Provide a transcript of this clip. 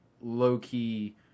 low-key –